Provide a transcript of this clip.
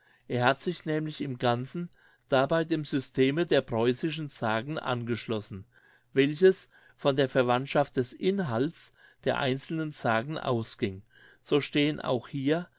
er hat sich nämlich im ganzen dabei dem systeme der preußischen sagen angeschlossen welches von der verwandtschaft des inhalts der einzelnen sagen ausging so stehen auch hier